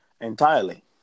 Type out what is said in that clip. entirely